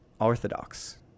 Orthodox